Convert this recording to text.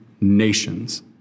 nations